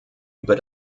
über